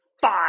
five